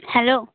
hello